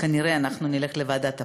וכנראה נלך לוועדת הפנים,